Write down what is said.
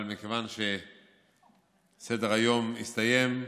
אבל מכיוון שסדר-היום הסתיים,